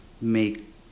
make